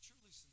Truly